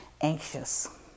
anxious